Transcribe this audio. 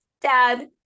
dad